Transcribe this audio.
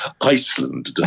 iceland